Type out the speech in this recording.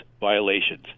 violations